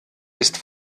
ist